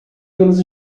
pelos